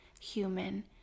human